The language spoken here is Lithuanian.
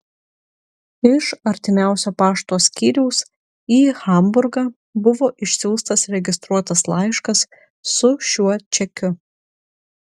iš artimiausio pašto skyriaus į hamburgą buvo išsiųstas registruotas laiškas su šiuo čekiu